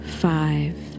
five